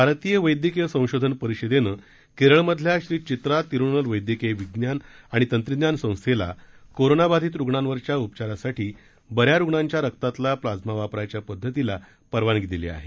भारतीय वैद्यकीय संशोधन परिषदेनं केरळमधल्या श्री चित्रा तिरुनल वैद्यदीय विज्ञान आणि तंत्रज्ञान संस्थेला कोरोनाबाधित रुग्णांवरच्या उपचारासाठी बऱ्या रुग्णांच्या रक्तातील प्लाझमा वापरायच्या पद्धतीला परवानगी दिली आहे